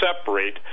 separate